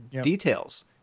details